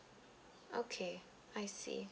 okay I see